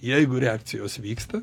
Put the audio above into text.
jeigu reakcijos vyksta